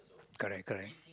correct correct